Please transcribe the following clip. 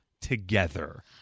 together